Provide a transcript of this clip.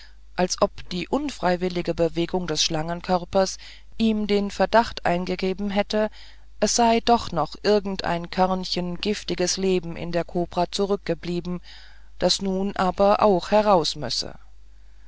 als ob die unfreiwillige bewegung des schlangenkörpers ihm den verdacht eingegeben hätte es sei doch noch irgendein körnchen giftiges leben in der kobra zurückgeblieben das nun aber auch heraus müsse